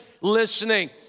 listening